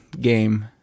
game